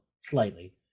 Slightly